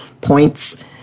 points